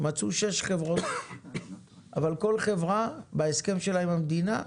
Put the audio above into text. מצאו שש חברות אבל כל חברה בהסכם שלה עם המדינה,